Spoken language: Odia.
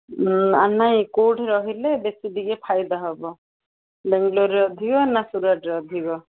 ହଁ ଆମେ କେଉଁଠି ରହିଲେ ବେଶୀ ଟିକେ ଫାଇଦା ହବ ବାଙ୍ଗାଲୋର୍ରେ ଅଧିକ ନା ସୁରଟ୍ରେ ଅଧିକ